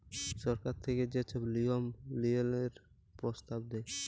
সরকার থ্যাইকে যে ছব লিয়ম লিয়ল্ত্রলের পরস্তাব দেয়